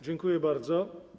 Dziękuję bardzo.